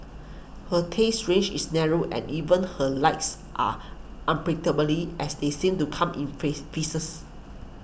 her taste range is narrow and even her likes are unpredictably as they seem to come in phase phases